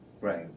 Right